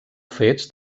fets